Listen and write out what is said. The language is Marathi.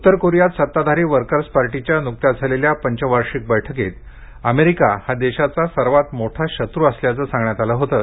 उत्तर कोरियात सत्ताधारी वर्कर्स पार्टीच्या नुकत्याच झालेल्या पंचवार्षिक बैठकीत अमेरिका हा देशाचा सर्वांत मोठा शत्रू असल्याचं सांगण्यात आलं होतं